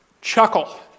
chuckle